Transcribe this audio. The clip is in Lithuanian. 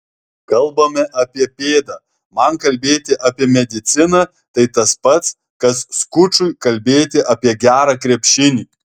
kalbame apie pėdą man kalbėti apie mediciną tai tas pats kas skučui kalbėti apie gerą krepšinį